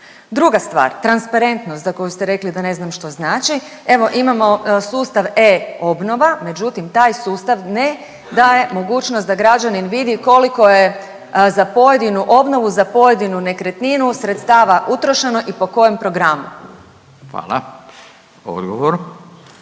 Druga stvar, transparentnost, za koju ste rekli da ne znam što znači, evo imamo sustav e-Obnova, međutim, taj sustav ne daje mogućnost da građanin vidi koliko je za pojedinu obnovu, za pojedinu nekretninu sredstava utrošeno i po kojem programu. **Radin,